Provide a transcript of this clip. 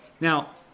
Now